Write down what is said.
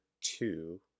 two